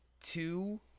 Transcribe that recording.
two